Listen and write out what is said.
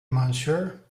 monsieur